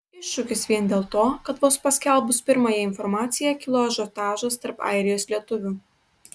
iššūkis vien dėl to kad vos paskelbus pirmąją informaciją kilo ažiotažas tarp airijos lietuvių